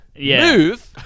move